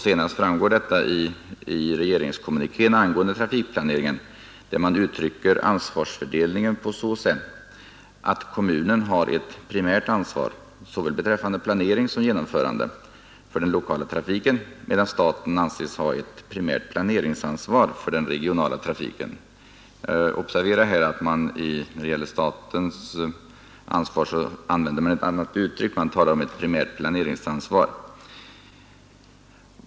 Senast framgår detta i regeringskommunikén angående trafikplaneringen, där man uttrycker ansvarsfördelningen på så sätt att kommunen har ett primärt ansvar — såväl beträffande planering som genomförande — för den lokala trafiken, medan staten anses ha ett primärt planeringsansvar för den regionala trafiken. Observera här att när det gäller statens ansvar så använder man ett annat uttryck. Man talar om ett primärt planeringsansvar.